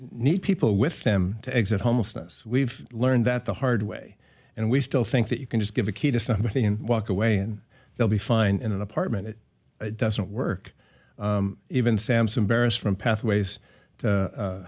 need people with them to exit homelessness we've learned that the hard way and we still think that you can just give a key to somebody and walk away and they'll be fine in an apartment it doesn't work even sam's embarrassment pathways